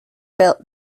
built